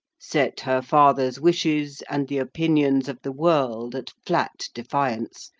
set her father's wishes and the opinions of the world at flat defiance,